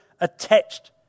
attached